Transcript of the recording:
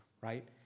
right